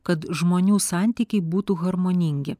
kad žmonių santykiai būtų harmoningi